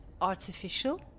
artificial